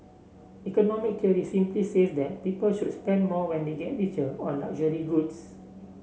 economic theory simply says that people should spend more when they get richer on luxury goods